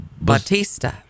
Batista